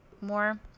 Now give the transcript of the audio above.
more